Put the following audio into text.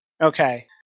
Okay